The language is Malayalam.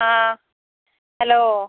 ആ ഹലോ